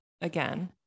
again